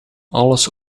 alles